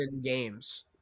games